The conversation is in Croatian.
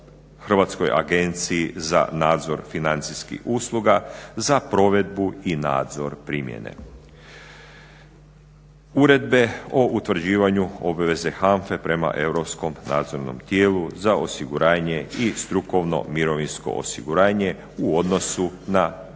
Hrvatskoj agenciji za nadzor financijskih usluga za provedbu i nadzor primjene, uredbe o utvrđivanju obveze HANFA-e prema europskom nadzornom tijelu za osiguranje i strukovno mirovinsko osiguranje u odnosu na međusobnu